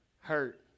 hurt